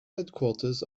headquarters